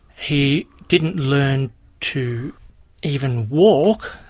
he didn't learn to even walk,